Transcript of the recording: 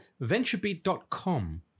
venturebeat.com